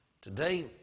Today